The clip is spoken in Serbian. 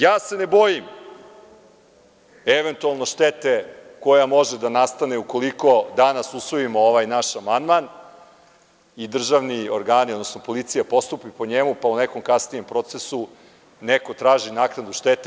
Ja se ne bojim eventualno štete koja može da nastane ukoliko danas usvojimo ovaj naš amandman i državni organi, odnosno policija postupi po njemu, pa u nekom kasnijem procesu neko traži naknadu štete.